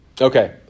okay